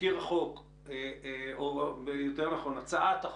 תזכיר חוק או יותר נכון הצעת החוק,